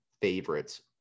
favorites